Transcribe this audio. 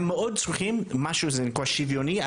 הם מאוד צריכים משהו זה נקרא שוויוני,